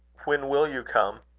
when will you come?